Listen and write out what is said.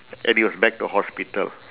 and he was back to hospital